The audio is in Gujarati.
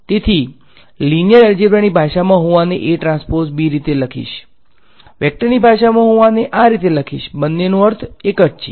હવે તેથી લીનીયર એલ્જેબ્રાસની ભાષામાં હું આને રીતે લખીશ વેક્ટરની ભાષામાં હું આને બરાબર લખીશ બંનેનો અર્થ એક જ છે